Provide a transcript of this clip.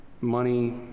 money